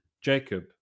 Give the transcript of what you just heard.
Jacob